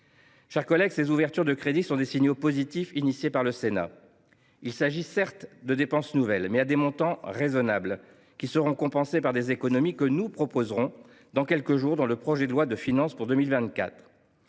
chers collègues, ces ouvertures de crédits sont des signaux positifs lancés par le Sénat. Il s’agit certes de dépenses nouvelles, mais à des montants raisonnables, et qui seront compensées par des économies que nous proposerons dans quelques jours dans le cadre du projet de loi de finances pour 2024.